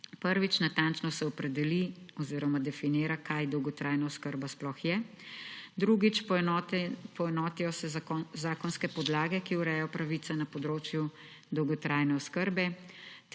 Prvič, natančno se opredeli oziroma definira, kaj dolgotrajna oskrba sploh je. Drugič, poenotijo se zakonske podlage, ki urejajo pravice na področju dolgotrajne oskrbe.